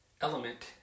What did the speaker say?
element